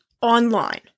online